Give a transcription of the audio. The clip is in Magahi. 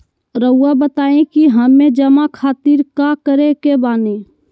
रहुआ बताइं कि हमें जमा खातिर का करे के बानी?